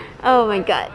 oh my god